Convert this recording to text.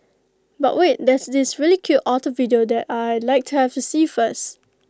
but wait there's this really cute otter video that I Like to have to see first